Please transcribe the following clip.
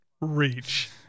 reach